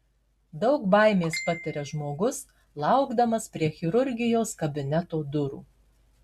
daug baimės patiria žmogus laukdamas prie chirurgijos kabineto durų